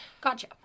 Gotcha